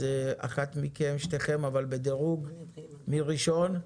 מי ראשונה?